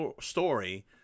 story